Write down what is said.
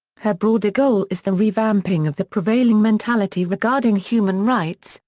her broader goal is the revamping of the prevailing mentality regarding human rights,